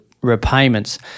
repayments